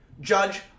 judge